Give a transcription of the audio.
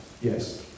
Yes